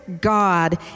God